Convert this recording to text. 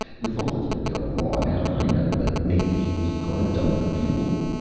with all that's been going on, how'd i know but maybe he was gonna dump the fuel?